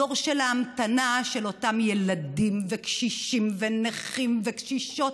הדור של ההמתנה של אותם ילדים וקשישים ונכים וקשישות